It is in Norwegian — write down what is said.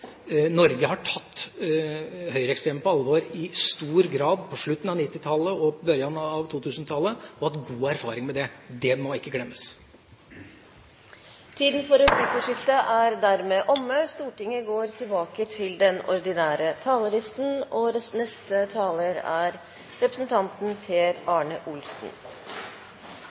Norge har tatt høyreekstreme på alvor i stor grad på slutten av 1990-tallet og begynnelsen av 2000-tallet og har hatt god erfaring med det. Det må ikke glemmes. Replikkordskiftet er omme. La meg først få lov til å gjøre noe som jeg ikke alltid gjør, og